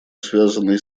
связанные